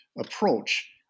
approach